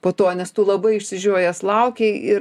po to nes tu labai išsižiojęs laukei ir